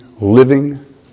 living